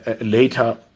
later